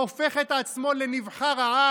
והופך את עצמו לנבחר-העל,